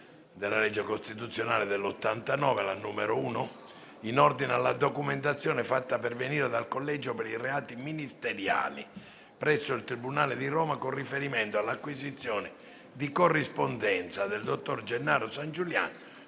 legge costituzionale 16 gennaio 1989, n. 1, in ordine alla documentazione fatta pervenire dal Collegio per i reati ministeriali presso il Tribunale di Roma, con riferimento all'acquisizione di corrispondenza del dottor Gennaro Sangiuliano,